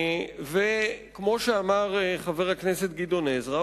וכמו שאמר חבר הכנסת גדעון עזרא,